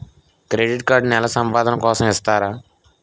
Credit card నెల సంపాదన కోసం ఇస్తారా?